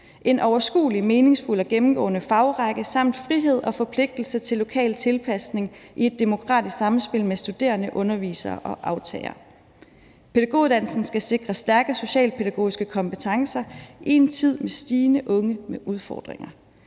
en overskuelig, meningsfuld og gennemgående fagrække samt frihed og forpligtelse til lokal tilpasning i demokratisk samspil med studerende, undervisere og aftagere. Pædagoguddannelsen skal sikre stærke socialpædagogiske kompetencer i en tid med stigende antal unge med udfordringer.